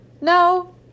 no